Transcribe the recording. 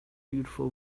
beautiful